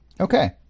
Okay